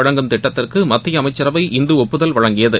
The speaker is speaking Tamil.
வழங்கும் திட்டத்திற்கு மத்திய அமைச்சரவை இன்று ஒப்புதல் வழங்கியது